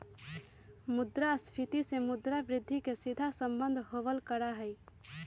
मुद्रास्फीती से मुद्रा वृद्धि के सीधा सम्बन्ध होबल करा हई